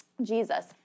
Jesus